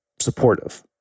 supportive